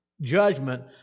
judgment